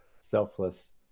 selfless